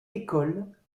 école